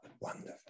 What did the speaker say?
wonderful